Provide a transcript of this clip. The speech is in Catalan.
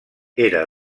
era